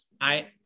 I-